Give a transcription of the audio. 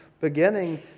beginning